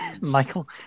Michael